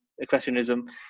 equestrianism